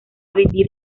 vivir